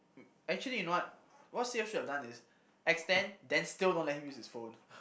actually you know what what they should have done is extend then still don't let him use his phone